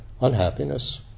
unhappiness